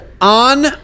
on